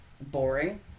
boring